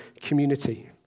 community